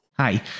Hi